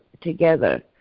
together